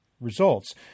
results